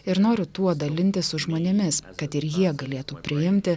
ir noriu tuo dalintis su žmonėmis kad ir jie galėtų priimti